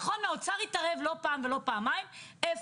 נכון, התערב לא פעם ולא פעמיים ואמר